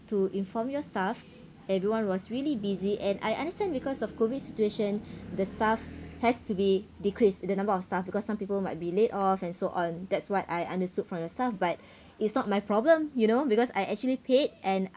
to inform your staff everyone was really busy and I understand because of COVID situation the staff has to be decreased the number of staff because some people might be laid off and so on that's what I understood from yourself but it's not my problem you know because I actually paid and